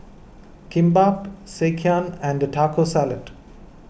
Kimbap Sekihan and Taco Salad